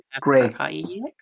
Great